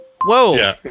Whoa